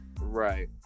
Right